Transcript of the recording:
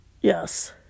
Yes